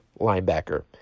linebacker